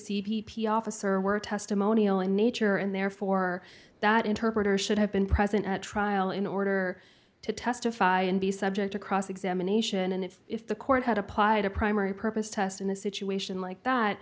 p p officer were testimonial in nature and therefore that interpreter should have been present at trial in order to testify and be subject to cross examination and if if the court had applied a primary purpose test in a situation like that